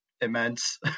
immense